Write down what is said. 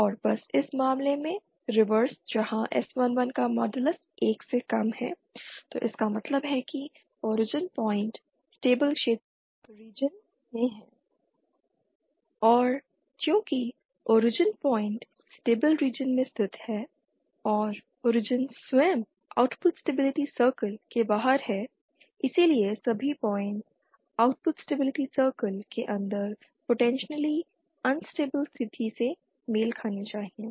और बस इस मामले में रिवर्स जहां s11 का मॉडलस 1 से कम है तो इसका मतलब है कि ओरिजिन पॉइंट स्टेबिल रीजन में है और चूंकि ओरिजिन पॉइंट स्टेबिल रीजन में स्थित है और ओरिजिन स्वयं आउटपुट स्टेबिलिटी सर्कल के बाहर है इसलिए सभी पॉइन्ट आउटपुट स्टेबिलिटी सर्कल के अंदर पोटेंशियली अनस्टेबिल स्थिति से मेल खाने चाहिए